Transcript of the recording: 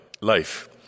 Life